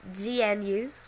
GNU